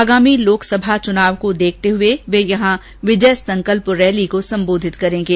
आगामी लोकसभा चुनाव को देखते हुए वे यहां विजय संकल्प रैली को संबोधित करेंगे